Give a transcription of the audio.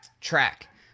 track